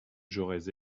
j’aurais